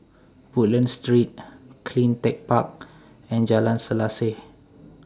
Woodlands Street CleanTech Park and Jalan Selaseh